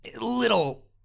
Little